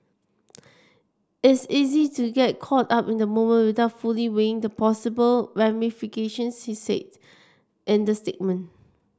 is easy to get caught up in the moment without fully weighing the possible ramifications he said in the statement